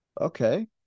Okay